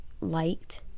liked